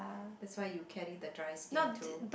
that's why you carry the dry skin too